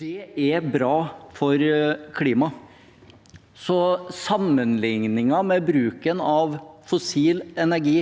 Det er bra for klimaet. Sammenligningen med bruken av fossil energi